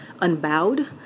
unbowed